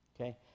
Okay